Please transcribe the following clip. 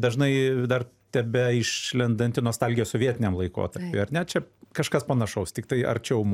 dažnai dar tebeišlendanti nostalgija sovietiniam laikotarpiui ar ne čia kažkas panašaus tiktai arčiau mū